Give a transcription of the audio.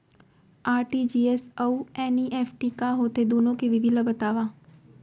RTGS अऊ NEFT का होथे, दुनो के विधि ला बतावव